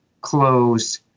closed